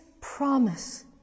promise